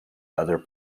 other